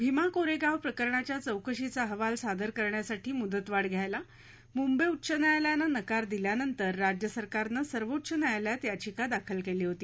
भीमा कोरेगाव प्रकरणाच्या चौकशीचा अहवाल सादर करण्यासाठी मुदतवाढ द्यायला मुंबई उच्च न्यायालयानं नकार दिल्यानंतर राज्य सरकारनं सर्वोच्च न्यायालयात याचिका दाखल केली होती